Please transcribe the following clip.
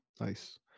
nice